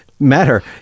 Matter